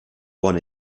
one